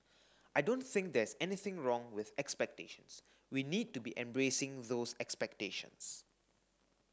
I don't think there's anything wrong with expectations we need to be embracing those expectations